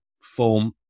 form